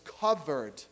covered